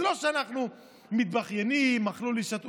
זה לא שאנחנו מתבכיינים: אכלו לי, שתו לי.